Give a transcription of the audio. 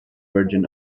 virgin